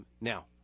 now